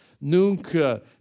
Nunca